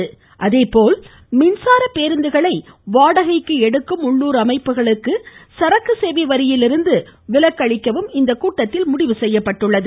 வாடகைக்கு அதேபோல் மின்சார பேருந்துகளை எடுக்கும் உள்ளுர் அமைப்புகளுக்கு சரக்கு சேவை வரியிலிருந்து விலக்கு அளிக்கவும் இந்த கூட்டத்தில் முடிவு செய்யப்பட்டுள்ளது